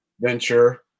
venture